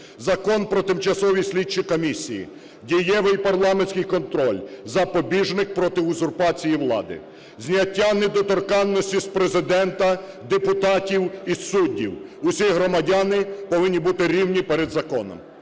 Закон про тимчасові слідчі комісії – дієвий парламентський контроль, запобіжник проти узурпації влади. Зняття недоторканності з Президента, депутатів і суддів, – усі громадяни повинні бути рівні перед законом.